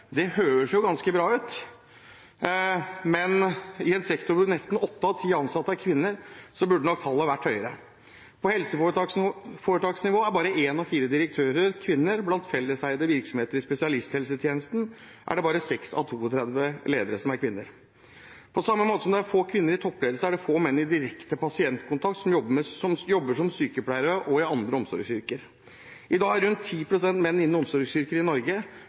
Det høres ganske bra ut, men i en sektor hvor nesten åtte av ti ansatte er kvinner, burde nok tallet vært høyere. På helseforetaksnivå er bare en av fire direktører kvinner. I felleseide virksomheter i spesialisthelsetjenesten er det bare 6 av 32 ledere som er kvinner. På samme måte som det er få kvinner i toppledelse, er det få menn som har direkte pasientkontakt, og som jobber som sykepleiere og i andre omsorgsyrker. I dag er det rundt 10 pst. menn i omsorgsyrker i Norge.